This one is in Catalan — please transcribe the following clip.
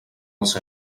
els